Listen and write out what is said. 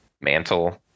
mantle